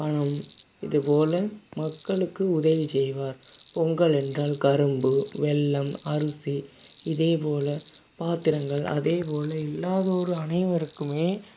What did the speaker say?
பணம் இதுபோல மக்களுக்கு உதவி செய்வார் பொங்கல் என்றால் கரும்பு வெல்லம் அரிசி இதே போல பாத்திரங்கள் அதே போல இல்லாதோர் அனைவருக்குமே